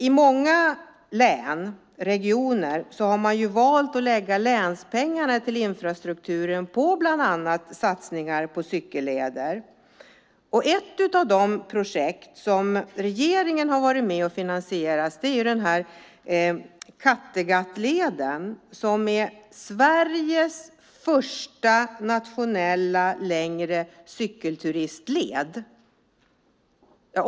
I många län, regioner, har man valt att lägga länspengarna till infrastrukturen på bland annat satsningar på cykelleder. Ett av de projekt som regeringen har varit med och finansierat är Kattegattleden som är Sveriges första nationella längre cykelturistled.